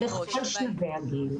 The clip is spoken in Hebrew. זה בכל שלבי הגיל.